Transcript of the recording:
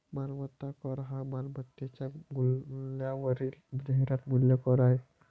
मालमत्ता कर हा मालमत्तेच्या मूल्यावरील जाहिरात मूल्य कर आहे